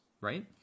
right